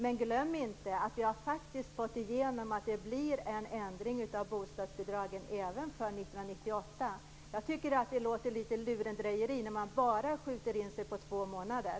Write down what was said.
Men glöm inte att vi faktiskt har fått igenom att det blir en ändring av bostadsbidragen även för 1998. Jag tycker att det låter litet lurendrejeri när man bara skjuter in sig på två månader.